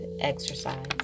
exercise